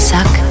Suck